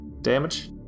damage